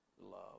love